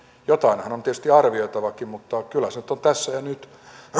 jotainhan on tietysti arvioitavakin mutta kyllä se nyt on tässä ja nyt